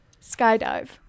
skydive